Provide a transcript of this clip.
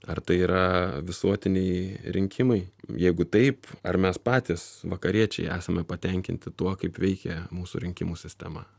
ar tai yra visuotiniai rinkimai jeigu taip ar mes patys vakariečiai esame patenkinti tuo kaip veikia mūsų rinkimų sistema